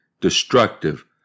destructive